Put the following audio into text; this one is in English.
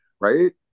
right